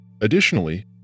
Additionally